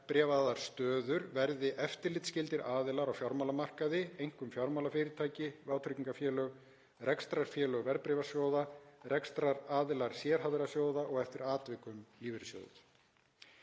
verðbréfaðar stöður verði eftirlitsskyldir aðilar á fjármálamarkaði, einkum fjármálafyrirtæki, vátryggingafélög, rekstrarfélög verðbréfasjóða, rekstraraðilar sérhæfðra sjóða og, eftir atvikum, lífeyrissjóðir.